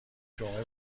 جمعه